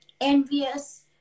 envious